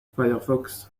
firefox